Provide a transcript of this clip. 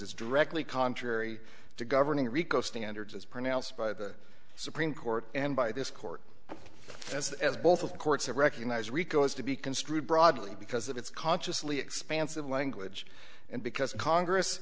is directly contrary to governing rico standards as pronounced by the supreme court and by this court as as both of courts have recognized rico is to be construed broadly because of its consciously expansive language and because congress